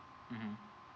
mmhmm